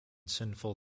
sinful